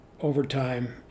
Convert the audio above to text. overtime